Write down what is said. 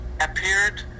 appeared